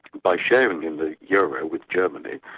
by sharing the euro with germany,